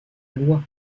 loi